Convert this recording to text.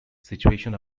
situation